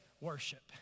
worship